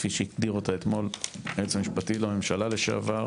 כפי שהגדיר אותה אתמול היועץ המשפטי לממשלה לשעבר.